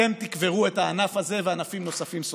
אתם תקברו את הענף הזה וענפים נוספים סופית.